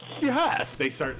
Yes